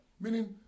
Meaning